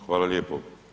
Hvala lijepo.